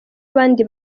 abandi